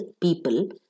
people